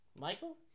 Michael